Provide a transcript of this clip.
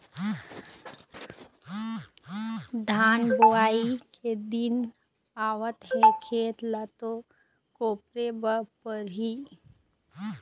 धान बोवई के दिन आवत हे खेत ल तो कोपरे बर परही